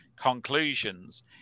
conclusions